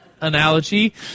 analogy